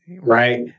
Right